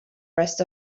rest